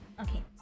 Okay